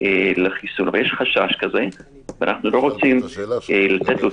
לחיסון אבל יש חשש כזה ואנחנו לא רוצים לתת לו